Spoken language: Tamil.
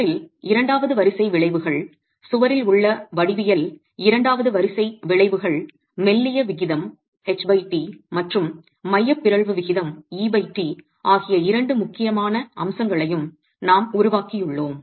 சுவரில் இரண்டாவது வரிசை விளைவுகள் சுவரில் உள்ள வடிவியல் இரண்டாவது வரிசை விளைவுகள் மெல்லிய விகிதம் ht மற்றும் மைய பிறழ்வு விகிதம் et ஆகிய இரண்டு முக்கியமான அம்சங்களையும் நாம் உருவாக்கியுள்ளோம்